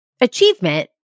achievement